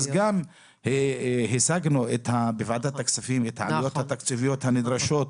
אז גם השגנו בוועדת הכספים את העלויות התקציביות הנדרשות.